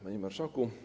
Panie Marszałku!